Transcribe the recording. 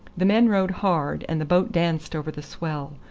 the men rowed hard, and the boat danced over the swell,